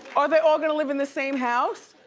are they all gonna live in the same house?